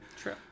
True